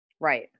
Right